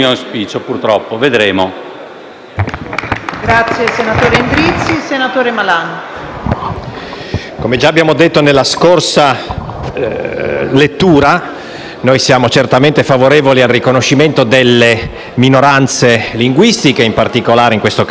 come già abbiamo detto nella scorsa lettura, siamo certamente favorevoli al riconoscimento delle minoranze linguistiche e, in particolare, in questo caso della minoranza ladina, le cui